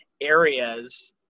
areas